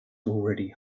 already